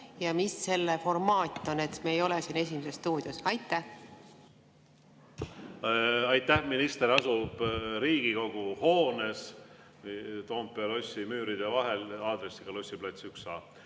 ja mis selle formaat on. Me ei ole siin "Esimeses stuudios". Aitäh! Minister asub Riigikogu hoones Toompea lossi müüride vahel, aadressil Lossi plats